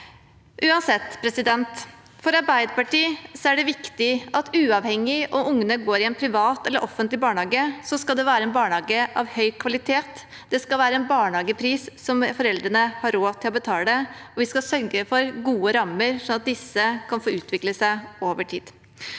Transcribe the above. i nå. For Arbeiderpartiet er det uansett viktig at uavhengig av om ungene går i en privat eller offentlig barnehage, skal det være en barnehage av høy kvalitet. Det skal være en barnehagepris som foreldrene har råd til å betale. Vi skal sørge for gode rammer, sånn at disse kan få utvikle seg over tid.